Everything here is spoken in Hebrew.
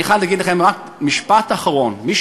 אני חייב להגיד לכם רק משפט אחרון: מי